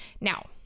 Now